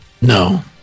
No